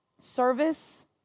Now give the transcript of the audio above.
service